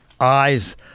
eyes